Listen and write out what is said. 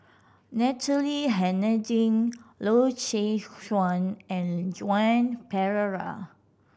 Natalie Hennedige Loy Chye Chuan and Joan Pereira